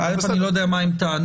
א', אני לא יודע מה הם טענו.